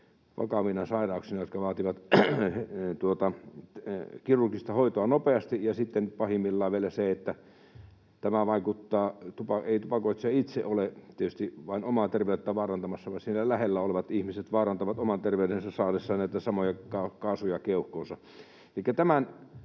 vakavina sairauksina, jotka vaativat kirurgista hoitoa nopeasti. Sitten on pahimmillaan vielä se, että tupakoitsija ei itse ole tietysti vain omaa terveyttään vaarantamassa, vaan siinä lähellä olevat ihmiset vaarantavat oman terveytensä saadessa näitä samoja kaasuja keuhkoihinsa.